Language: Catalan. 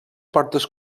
portes